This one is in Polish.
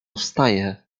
wstaje